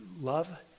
love